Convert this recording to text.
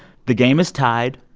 the game is tied,